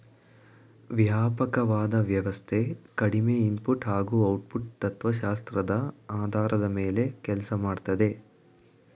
ವ್ಯಾಪಕವಾದ ವ್ಯವಸ್ಥೆ ಕಡಿಮೆ ಇನ್ಪುಟ್ ಹಾಗೂ ಔಟ್ಪುಟ್ ತತ್ವಶಾಸ್ತ್ರದ ಆಧಾರದ ಮೇಲೆ ಕೆಲ್ಸ ಮಾಡ್ತದೆ